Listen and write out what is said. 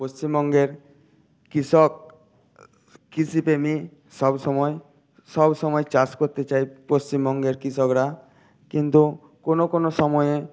পশ্চিমবঙ্গের কৃষক কৃষিপ্রেমী সব সময় সব সময় চাষ করতে চায় পশ্চিমবঙ্গের কৃষকরা কিন্তু কোনো কোনো সময়ে